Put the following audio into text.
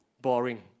boring